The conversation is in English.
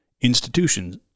institutions